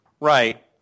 Right